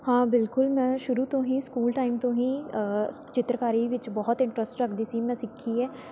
ਹਾਂ ਬਿਲਕੁਲ ਮੈਂ ਸ਼ੁਰੂ ਤੋਂ ਹੀ ਸਕੂਲ ਟਾਈਮ ਤੋਂ ਹੀ ਚਿੱਤਰਕਾਰੀ ਵਿੱਚ ਬਹੁਤ ਇੰਟਰਸਟ ਰੱਖਦੀ ਸੀ ਮੈਂ ਸਿੱਖੀ ਹੈ